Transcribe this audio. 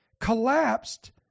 collapsed